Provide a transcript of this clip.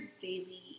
daily